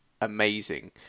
amazing